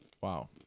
Wow